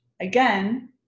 again